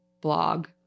blog